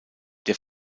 der